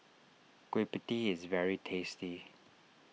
Kueh Pie Tee is very tasty